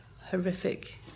horrific